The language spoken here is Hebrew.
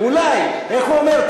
אולי, איך הוא אומר?